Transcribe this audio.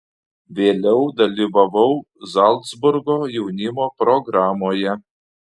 vėliau dalyvavau zalcburgo jaunimo programoje